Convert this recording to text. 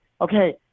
okay